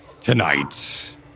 tonight